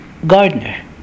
gardener